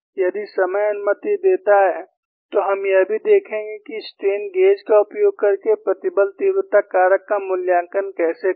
यदि समय अनुमति देता है तो हम यह भी देखेंगे कि स्ट्रेन गेज का उपयोग करके प्रतिबल तीव्रता कारक का मूल्यांकन कैसे करें